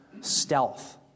stealth